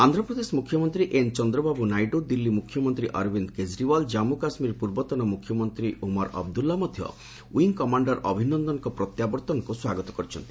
ଆନ୍ଧ୍ରପ୍ରଦେଶ ମୁଖ୍ୟମନ୍ତ୍ରୀ ଏନ୍ ଚନ୍ଦ୍ରବାବୁ ନାଇଡୁ ଦିଲ୍ଲୀ ମୁଖ୍ୟମନ୍ତ୍ରୀ ଅରବିନ୍ଦ୍ କେଜରିଓ୍ବାଲ୍ ଜନ୍ମୁ କାଶ୍ମୀର ପୂର୍ବତନ ମୁଖ୍ୟମନ୍ତ୍ରୀ ଉମାର ଅବଦୁଲ୍ଲା ମଧ୍ୟ ୱିଙ୍ଗ୍ କମାଣ୍ଡର୍ ଅଭିନନ୍ଦନଙ୍କ ପ୍ରତ୍ୟାବର୍ତ୍ତନକୁ ସ୍ୱାଗତ କରିଛନ୍ତି